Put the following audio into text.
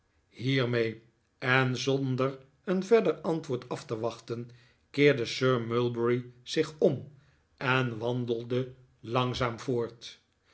hiermee en zonder verder een antwoord af te wachten keerde sir mulberry zich om en wandelde langzaam voort